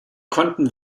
konnten